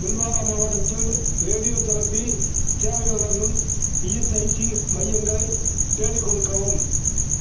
பிந்வாரா மாவட்டத்தில் ரேடியோதெரபி சேவைகள் வழங்கும் இஎஸ்ஐசி மையங்களை தேடிக்கொடுக்கவும்